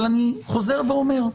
אני חוזר ואומר,